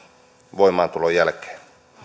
voimaantulon jälkeen